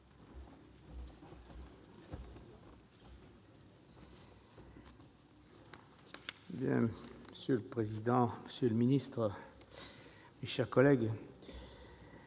Monsieur le président, monsieur le ministre, mes chers collègues,